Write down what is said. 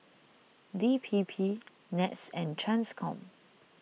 D P P NETS and Transcom